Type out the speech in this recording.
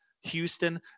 Houston